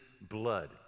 blood